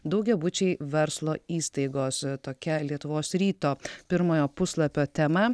daugiabučiai verslo įstaigos tokia lietuvos ryto pirmojo puslapio tema